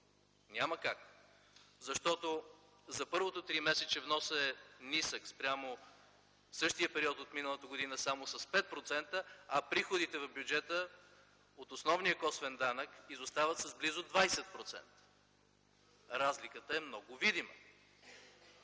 Няма как, защото за първото тримесечие вносът е нисък спрямо същия период от миналата година само с 5%, а приходите в бюджета от основния косвен данък изостават с близо 20%. Разликата е много видима